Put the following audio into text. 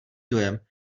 dojem